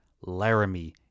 Laramie